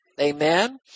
Amen